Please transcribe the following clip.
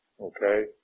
Okay